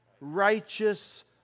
righteous